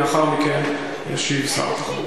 לאחר מכן ישיב שר התחבורה.